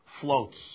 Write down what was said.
floats